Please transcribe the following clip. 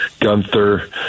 Gunther